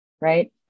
right